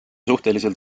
suhteliselt